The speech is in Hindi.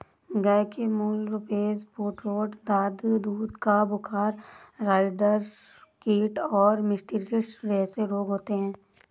गय के मूल रूपसे फूटरोट, दाद, दूध का बुखार, राईडर कीट और मास्टिटिस जेसे रोग होते हें